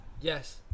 Yes